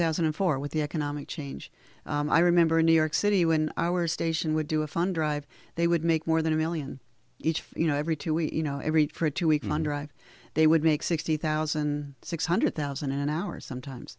thousand and four with the economic change i remember in new york city when our station would do a fun drive they would make more than a million each you know every to eat you know every day for two weeks they would make sixty thousand six hundred thousand an hour sometimes